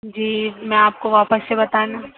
جی میں آپ کو واپس سے بتانا